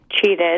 cheated